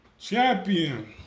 Champion